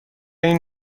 این